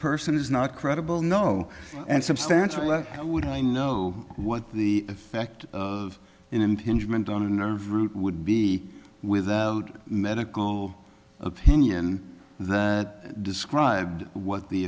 person is not credible no and substantial would i know what the effect of enjoyment on a nerve root would be without medical opinion that describe what the